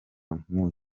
nk’uyu